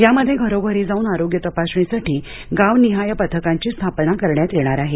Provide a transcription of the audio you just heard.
यामध्ये घरोघरी जाऊन आरोग्य तपासणीसाठी गावनिहाय पथकांची स्थापना करण्यात येणार आहे